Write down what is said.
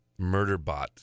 Murderbot